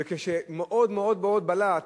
ומאוד מאוד מאוד בלט